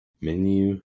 Menu